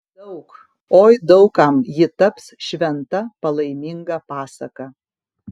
daug oi daug kam ji taps šventa palaiminga pasaka